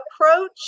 approach